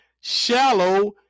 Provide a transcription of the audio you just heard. shallow